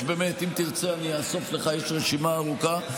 יש, באמת, אם תרצה, אני אאסוף לך, יש רשימה ארוכה.